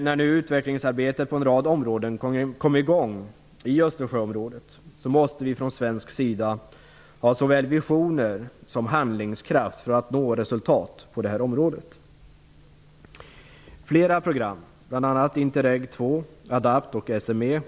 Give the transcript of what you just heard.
När nu utvecklingsarbetet kommit i gång på en rad områden i Östersjöområdet måste vi i Sverige ha såväl visioner som handlingskraft för att nå resultat på det här området.